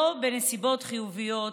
לא בנסיבות חיוביות,